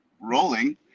rolling